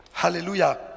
Hallelujah